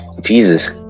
Jesus